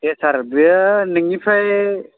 दे सार बेयो नोंनिफ्राय